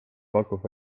pakub